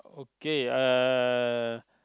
okay uh